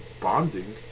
bonding